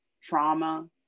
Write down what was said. trauma